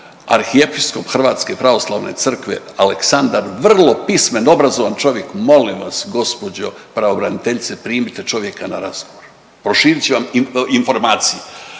arhiepiskop Hrvatske pravoslavne crkve Aleksandar, vrlo pismen i obrazovan čovjek. Molim vas gđo. pravobraniteljice primite čovjeka na razgovor, proširit će vam informacije.